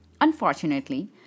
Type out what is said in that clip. Unfortunately